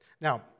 Now